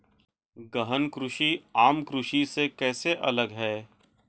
गहन कृषि आम कृषि से कैसे अलग है?